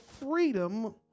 freedom